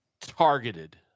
targeted